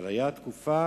אבל היתה תקופה